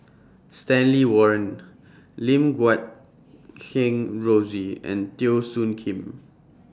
Stanley Warren Lim Guat Kheng Rosie and Teo Soon Kim